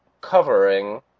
covering